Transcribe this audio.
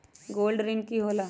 Gold ऋण की होला?